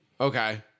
Okay